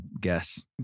guess